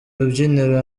rubyiniro